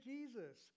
Jesus